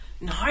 No